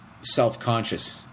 self-conscious